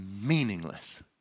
meaningless